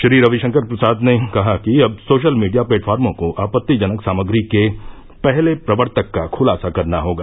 श्री रवि शंकर प्रसाद ने कहा कि अब सोशल मीडिया प्लेटफार्मों को आपत्तिजनक सामग्री के पहले प्रवर्तक का ख्लासा करना होगा